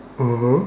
(uh huh)